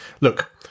Look